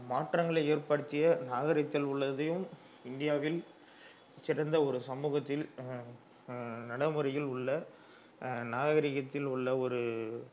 மாற்றங்களை ஏற்படுத்திய நாகரீகத்தில் உள்ளதையும் இந்தியாவில் சிறந்த ஒரு சமூகத்தில் நடைமுறையில் உள்ள நாகரீகத்தில் உள்ள ஒரு